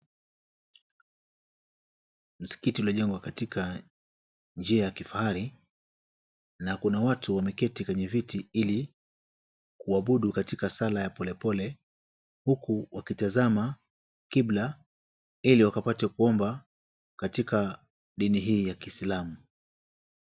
Msikiti uliojengwa katika njia ya kifahari na kuna watu wameketi kwenye viti ili kuabudu katika swala ya polepole huku wakitazama kibla iliwakapate kuomba katika dini hii ya kislamu.